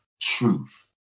truth